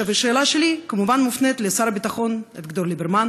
השאלה שלי כמובן מופנית לשר הביטחון אביגדור ליברמן